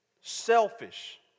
selfish